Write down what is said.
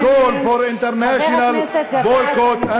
support and call for international boycott and